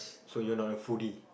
so you are not a foodie